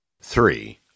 three